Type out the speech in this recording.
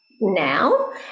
now